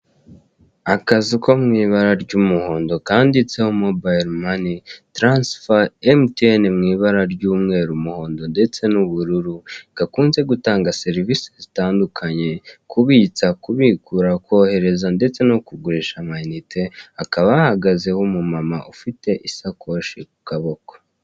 Akazu ko mu ibara ry'umuhondo, kanditseho mobayilo mani, taransifa, emutiyeni mu ibara ry'umweru, umuhondo ndetse n'ubururu, gakunze gutanga serivisi zitandukanye, kubitsa, bukikura, kohereza ndetse no kugurisha amayinite, hakaba hahagazeho umumama ufite isakoshi ku kabako.